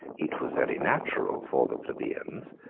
it was very natural for the plebeians,